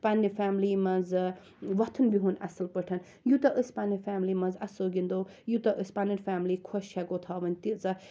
پَننہِ فیملی مَنٛز وۄتھُن بِہُن اصٕل پٲٹھۍ یوٗتاہ أسۍ پَننہِ فیملی مَنٛز اَسَو گِنٛدَو یوٗتاہ أسۍ پَنٕنۍ فیملی خۄش ہیٚکو تھاوٕنۍ تیٖژاہ